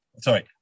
Sorry